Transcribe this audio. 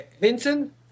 Vincent